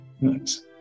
Nice